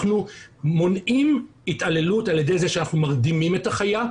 אנחנו מונעים התעללות על ידי זה שאנחנו מרדימים את החיה,